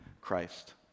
Christ